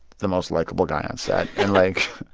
the most likable guy on set and, like,